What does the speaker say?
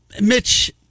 Mitch